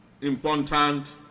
important